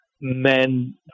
men